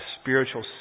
spiritual